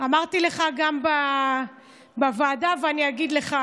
אמרתי לך גם בוועדה ואני אגיד לך: